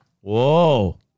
Whoa